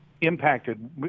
impacted